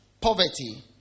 poverty